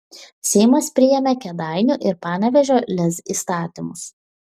seimas priėmė kėdainių ir panevėžio lez įstatymus